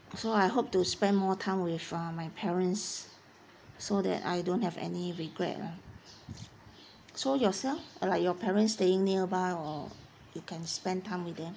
so I hope to spend more time with uh my parents so that I don't have any regret lah so yourself like your parents staying nearby or you can spend time with them